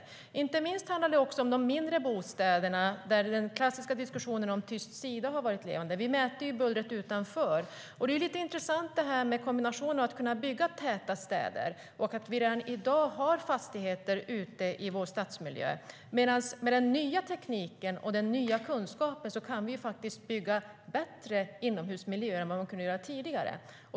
Inte minst handlar det om de mindre bostäderna, där den klassiska diskussionen om tyst sida har varit levande. Vi mäter ju bullret utanför, och redan i dag har vi fastigheter ute i vår stadsmiljö. Med ny teknik och ny kunskap kan vi faktiskt bygga bättre inomhusmiljöer än vad man kunde göra tidigare.